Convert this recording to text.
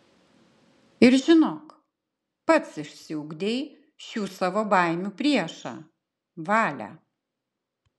ir žinok pats išsiugdei šių savo baimių priešą valią